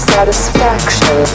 Satisfaction